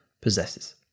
possesses